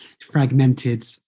fragmented